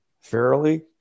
fairly